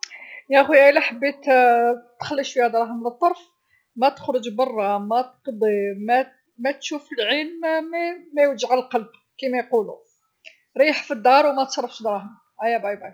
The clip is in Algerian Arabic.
يا خويا ولا حبيت تخلي شويه دراهم لطر ما تخرج برا ما تقضي ما ما تشوف العين ما ما يوجع القلب كما يقلو ريح في دار او متصرفش دراهمك.